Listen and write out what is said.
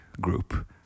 group